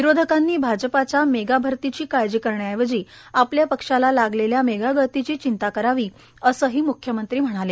विरोधकांनी भाजपच्या मेगा भरतीची काळजी करण्याऐवजी आपल्या पक्षांला लागलेल्या मेगा गळतीची चिंता करावी असंही मुख्यमंत्री म्हणाले